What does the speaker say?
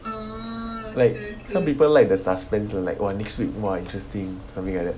like some people like the suspense [one] like !wah! next week !wah! interesting something like that